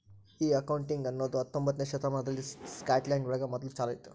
ಈ ಅಕೌಂಟಿಂಗ್ ಅನ್ನೋದು ಹತ್ತೊಂಬೊತ್ನೆ ಶತಮಾನದಲ್ಲಿ ಸ್ಕಾಟ್ಲ್ಯಾಂಡ್ ಒಳಗ ಮೊದ್ಲು ಚಾಲೂ ಆಯ್ತು